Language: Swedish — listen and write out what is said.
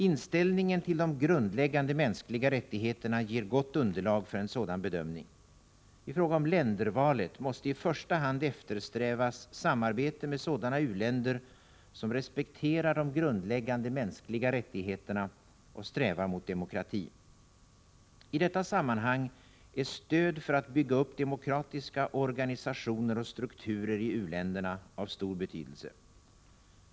Inställningen till de grundläggande mänskliga rättigheterna ger gott underlag för en sådan bedömning. I fråga om ländervalet måste i första hand eftersträvas samarbete med sådana u-länder som respekterar de grundläggande mänskliga rättigheterna och strävar mot demokrati. I detta sammanhang är stöd för att bygga upp demokratiska organisationer och strukturer i u-länderna av stor betydelse.